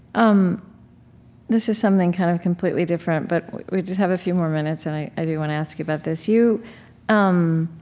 um this is something kind of completely different, but we just have a few more minutes, and i do want to ask you about this. you um